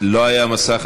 לא היה לו מסך.